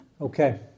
Okay